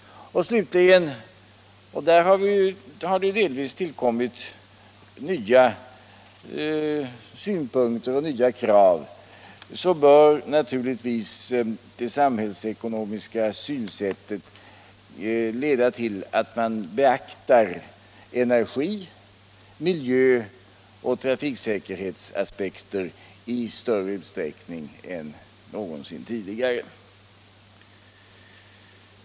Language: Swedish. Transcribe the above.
Slutligen bör naturligtvis detta synsätt leda till att man beaktar energi-, miljöoch trafiksäkerhetsaspekterna i större utsträckning än någonsin tidigare. Där har det nu tillkommit delvis nya synpunkter och krav.